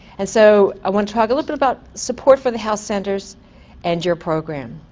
and so i want to talk a little bit about support for the health centers and your program.